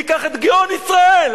ניקח את גאון ישראל,